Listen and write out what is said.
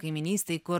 kaimynystėj kur